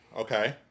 Okay